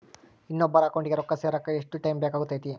ಇನ್ನೊಬ್ಬರ ಅಕೌಂಟಿಗೆ ರೊಕ್ಕ ಸೇರಕ ಎಷ್ಟು ಟೈಮ್ ಬೇಕಾಗುತೈತಿ?